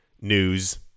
News